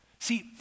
See